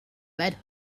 red